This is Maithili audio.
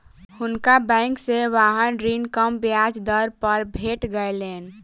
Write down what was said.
हुनका बैंक से वाहन ऋण कम ब्याज दर पर भेट गेलैन